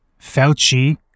Fauci